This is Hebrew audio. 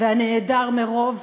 והנעדר מרוב